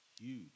Huge